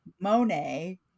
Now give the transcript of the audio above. Monet